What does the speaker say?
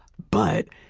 but